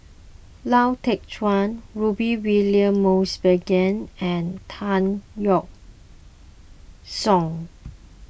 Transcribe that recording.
Lau Teng Chuan Rudy William Mosbergen and Tan Yeok Seong